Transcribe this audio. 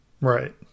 Right